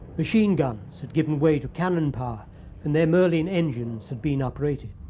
machine guns had given way to cannon power and their merlin engines had been upgraded.